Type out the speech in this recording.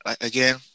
again